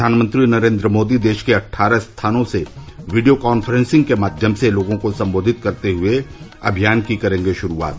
प्रधानमंत्री नरेन्द्र मोदी देश के अट्ठारह स्थानों से वीडियो कांफ्रेंसिंग के माध्यम से लोगों को संबोधित करते हुए इस अभियान की करेंगे शुरूआत